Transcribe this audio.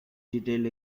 detailed